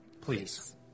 please